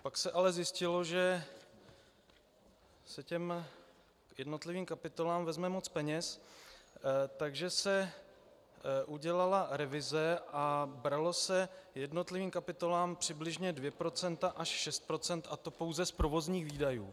Pak se ale zjistilo, že se těm jednotlivým kapitolám vezme moc peněz, takže se udělala revize a brala se jednotlivým kapitolám přibližně 2 % až 6 %, a to pouze z provozních výdajů.